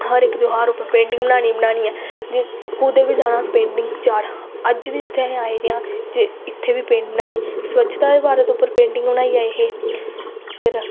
हर इक त्याहर उप्पर पेंटिंग बनानी गै बनानी ऐ कुदै बी जाना पेंटिंग चल अज्ज बी जित्थे अस आए दे आं इत्थें बी पेंटिंग बनाई ऐ स्वच्छता भारत उप्पर पेंटिंग बनाई आए हे फिर